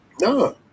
no